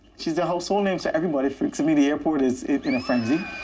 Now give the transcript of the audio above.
she's a household name, so everybody freaks. i mean, the airport is in a frenzy.